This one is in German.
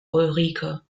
ulrike